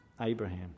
Abraham